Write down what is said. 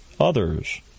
others